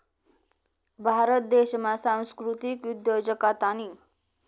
भारत देशमा सांस्कृतिक उद्योजकतानी